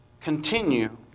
continue